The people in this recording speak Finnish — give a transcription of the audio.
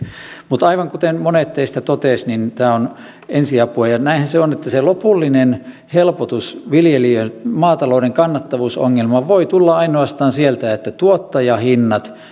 mutta aivan kuten monet teistä totesivat tämä on ensiapua ja näinhän se on että se lopullinen helpotus maatalouden kannattavuusongelmaan voi tulla ainoastaan sieltä että tuottajahinnat